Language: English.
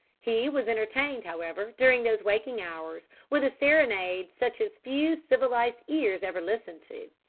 he was entertained, however, during those waking hours with a serenade such as few civilised ears ever listen to.